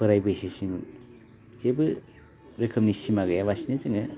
बोराइ बैसोसिम जेबो रोखोमनि सिमा गैयालासेनो जोङो